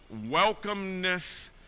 welcomeness